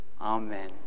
Amen